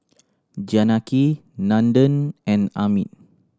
Janaki Nandan and Amit